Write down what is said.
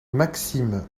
maxime